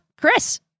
Chris